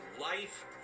life